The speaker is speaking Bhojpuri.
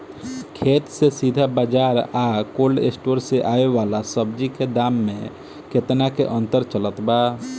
खेत से सीधा बाज़ार आ कोल्ड स्टोर से आवे वाला सब्जी के दाम में केतना के अंतर चलत बा?